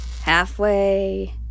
Halfway